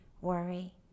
worry